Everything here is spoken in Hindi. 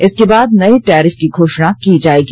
इसके बाद नए टैरिफ की घोषणा की जाएगी